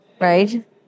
right